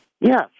Yes